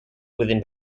within